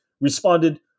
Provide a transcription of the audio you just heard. responded